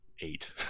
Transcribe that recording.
eight